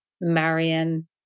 Marion